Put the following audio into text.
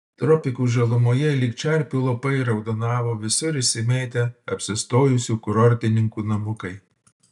tropikų žalumoje lyg čerpių lopai raudonavo visur išsimėtę apsistojusių kurortininkų namukai